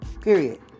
Period